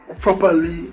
properly